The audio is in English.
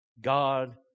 God